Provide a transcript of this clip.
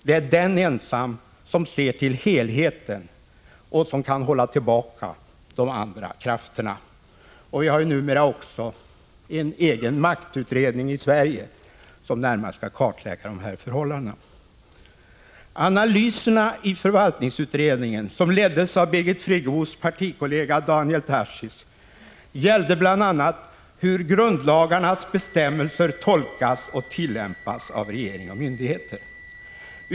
Det är den ensam som ser till helheten och som kan hålla tillbaka de andra krafterna. Vi har numera också en egen maktutredning i Sverige, som närmare skall kartlägga dessa förhållanden. Analyserna i förvaltningsutredningen, som leddes av Birgit Friggebos partikollega Daniel Tarschys, gällde bl.a. hur grundlagarnas bestämmelser tolkas och tillämpas av regering och myndigheter.